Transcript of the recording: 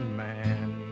man